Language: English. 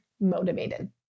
motivated